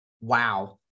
wow